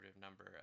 number